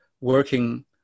working